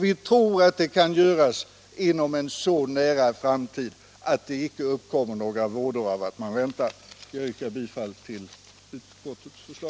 Vi tror att detta kan göras inom en så nära framtid att det icke uppkommer några vådor av att vänta.